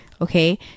Okay